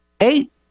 Eight